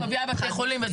היא מביאה בתי חולים וכולי,